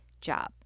job